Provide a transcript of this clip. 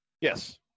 Yes